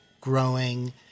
growing